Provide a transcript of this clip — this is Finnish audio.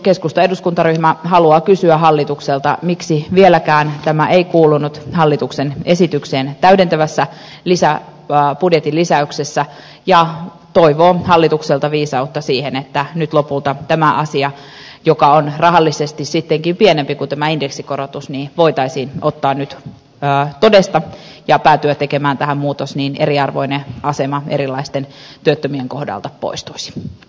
keskustan eduskuntaryhmä haluaa kysyä hallitukselta miksi tämä ei vieläkään kuulunut hallituksen esitykseen budjetin täydentävässä lisäyksessä ja toivoo hallitukselta viisautta siihen että nyt lopulta tämä asia joka on rahallisesti sittenkin pienempi kuin tämä indeksikorotus voitaisiin ottaa nyt todesta ja päätyä tekemään tähän muutos niin että eriarvoinen asema erilaisten työttömien kohdalta poistuisi